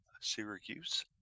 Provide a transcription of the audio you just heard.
Syracuse